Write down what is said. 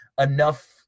enough